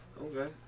Okay